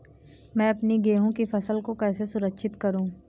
मैं अपनी गेहूँ की फसल को कैसे सुरक्षित करूँ?